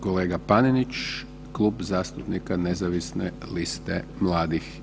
Kolega Panenić, Klub zastupnika Nezavisne liste mladih.